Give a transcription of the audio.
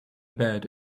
bed